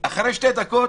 אחרי שתי דקות